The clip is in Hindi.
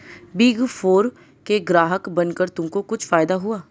बिग फोर के ग्राहक बनकर तुमको कुछ फायदा हुआ?